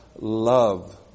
love